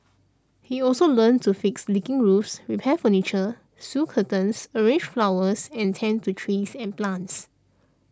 he also learnt to fix leaking roofs repair furniture sew curtains arrange flowers and tend to trees and plants